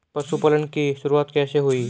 पशुपालन की शुरुआत कैसे हुई?